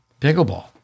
pickleball